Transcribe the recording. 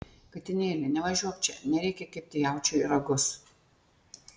katinėli nevažiuok čia nereikia kibti jaučiui į ragus